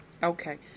okay